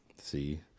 See